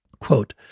Quote